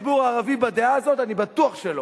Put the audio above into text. אני מזהיר אותו.